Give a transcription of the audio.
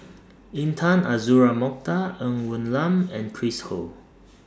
Intan Azura Mokhtar Ng Woon Lam and Chris Ho